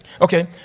Okay